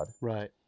Right